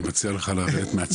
אני מציע לך לרדת מההצעה הזאת.